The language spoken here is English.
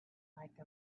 like